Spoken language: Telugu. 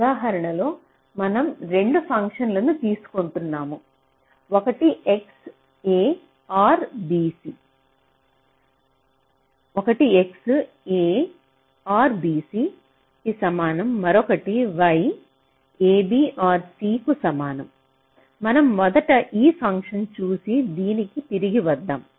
ఉదాహరణలో మనం 2 ఫంక్షన్లను తీసుకుంటున్నాము ఒకటి x a ఆర్ bc కి సమానం మరొకటి y a b or c కు సమానం మనం మొదట ఈ ఫంక్షన్లను చూసి దీనికి తిరిగి వద్దాం